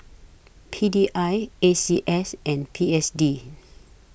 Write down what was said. P D I A C S and P S D